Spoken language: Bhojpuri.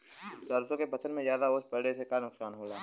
सरसों के फसल मे ज्यादा ओस पड़ले से का नुकसान होला?